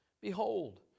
Behold